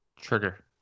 Trigger